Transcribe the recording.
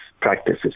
practices